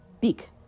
big